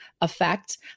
effect